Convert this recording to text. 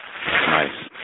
Nice